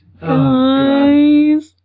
Guys